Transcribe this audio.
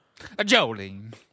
Jolene